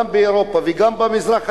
גם באירופה וגם במזרח התיכון,